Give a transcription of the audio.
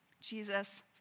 Jesus